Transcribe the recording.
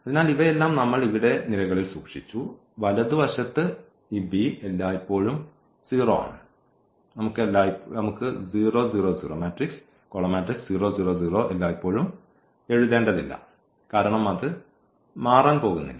അതിനാൽ ഇവയെല്ലാം നമ്മൾ ഇവിടെ നിരകളിൽ സൂക്ഷിച്ചു വലതുവശത്ത് ഈ ബി എല്ലായ്പ്പോഴും 0 ആണ് നമുക്ക് എല്ലായ്പ്പോഴും എഴുതേണ്ടതില്ല കാരണം അത് മാറാൻ പോകുന്നില്ല